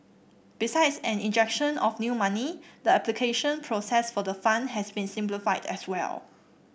besides an injection of new money the application process for the fund has been simplified as well